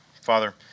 Father